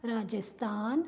Rajasthan